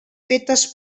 fetes